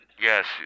Yes